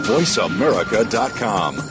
VoiceAmerica.com